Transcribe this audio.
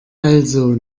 also